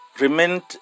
remained